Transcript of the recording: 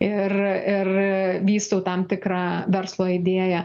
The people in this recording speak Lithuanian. ir ir vystau tam tikrą verslo idėją